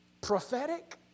prophetic